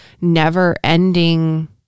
never-ending